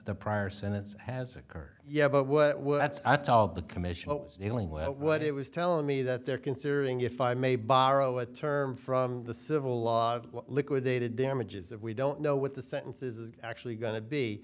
the prior senate has occurred yeah but what i told the commission was dealing with what it was telling me that they're considering if i may borrow a term from the civil law liquidated damages that we don't know what the sentence is actually going to be